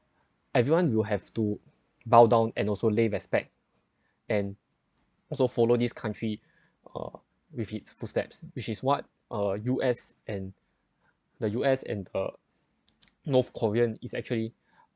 everyone will have to bow down and also lay respect and also follow this country uh with its footsteps which is what uh U_S and the U_S and the north korean is actually